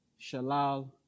Shalal